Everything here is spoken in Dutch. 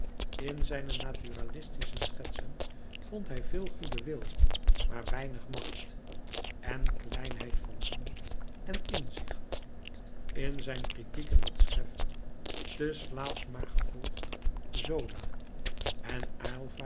in zijne naturalistische schetsen vond hij veel goeden wil maar weinig macht en kleinheid van doen en inzicht in zijn kritieken had scheffer te slaafsch maar gevolgd zola en